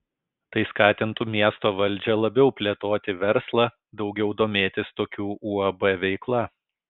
tai skatintų miesto valdžią labiau plėtoti verslą daugiau domėtis tokių uab veikla